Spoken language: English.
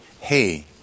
hey